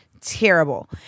Terrible